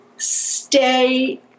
stay